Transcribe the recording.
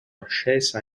ascesa